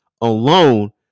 alone